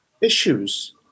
issues